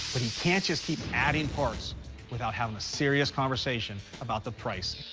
can't just keep adding parts without having a serious conversation about the price.